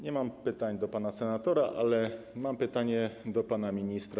Nie mam pytań do pana senatora, ale mam pytanie do pana ministra.